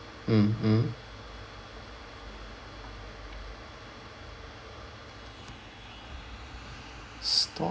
mm mm stop